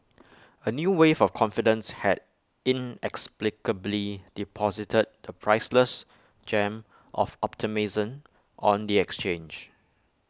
A new wave of confidence had inexplicably deposited the priceless gem of optimism on the exchange